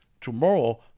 tomorrow